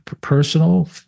personal